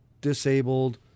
disabled